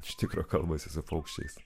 iš tikro kalbasi su paukščiais